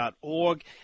org